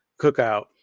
cookout